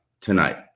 tonight